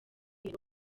nibo